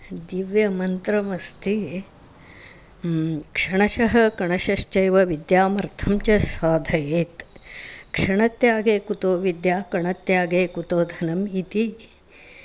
दिव्यमन्त्रमस्ति क्षणशः कणशश्चैव विद्यामर्थं च साधयेत् क्षणत्यागे कुतो विद्या कणत्यागे कुतो धनम् इति